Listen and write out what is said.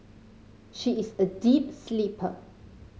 she is a deep sleeper